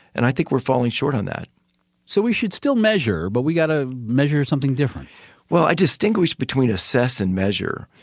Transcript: and i think we're falling short on that so we should still measure, but we got to measure something well, i distinguish between assess and measure.